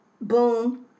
boom